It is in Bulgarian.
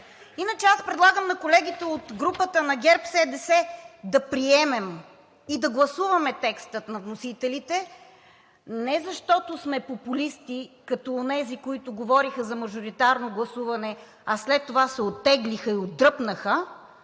Иначе аз предлагам на колегите от групата на ГЕРБ-СДС да приемем и да гласуваме текста на вносителите не защото сме популисти, като онези, които говореха за мажоритарно гласуване, а след това се оттеглиха и отдръпнаха,